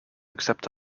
except